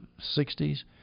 60s